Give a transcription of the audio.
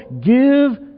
give